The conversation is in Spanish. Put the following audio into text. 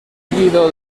guido